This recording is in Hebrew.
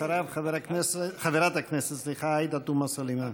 אחריו, חברת הכנסת עאידה תומא סלימאן.